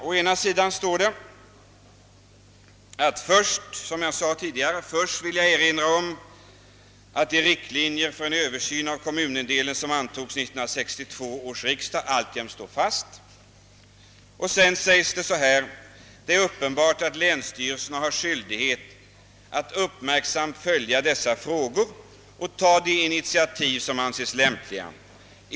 Å ena sidan heter det: »Först vill jag erinra om att de riktlinjer för en översyn av kommunindelningen som antogs av 1962 års riksdag alltjämt står fast.» Men å andra sidan säger statsrådet: »Det är uppen bart att länsstyrelserna har skyldighet att uppmärksamt följa dessa frågor och ta de initiativ som anses lämpliga.